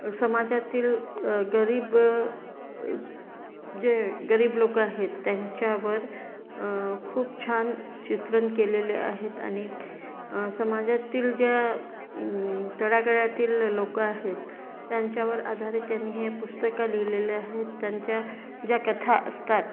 समाजातील गरीब जे गरीब लोक आहेत त्यांच्यावर खूप छान चित्रण केलेले आहेत आणि समाजातील ज्या तळागाळातील लोक आहेत त्यांच्यावर आधारित त्यांनी हे पुस्तकं लिहिलेले आहे त्यांच्या ज्या कथा असतात